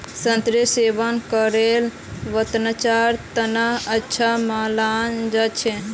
संतरेर सेवन करले त्वचार तना अच्छा मानाल जा छेक